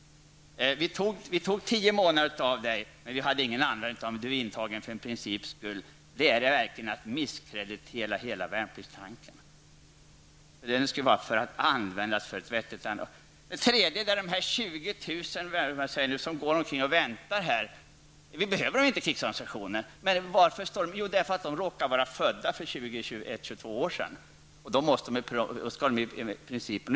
Vi tog tio månader av din tid, men vi hade ingen användning för dig. Det är verkligen att misskreditera hela värnpliktstanken. Den skall användas för ett vettigt ändamål. För det tredje: Vi har 20 000 som nu mot sin vilja går omkring och väntar upp till tre år på utbildning.